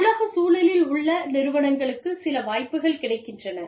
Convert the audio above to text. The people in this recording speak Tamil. உலக சூழலில் உள்ள நிறுவனங்களுக்கு சில வாய்ப்புகள் கிடைக்கின்றன